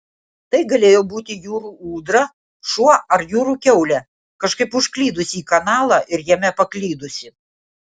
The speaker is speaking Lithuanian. tai galėjo būti jūrų ūdra šuo ar jūrų kiaulė kažkaip užklydusi į kanalą ir jame paklydusi